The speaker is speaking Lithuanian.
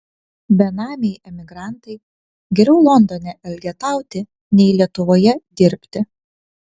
benamiai emigrantai geriau londone elgetauti nei lietuvoje dirbti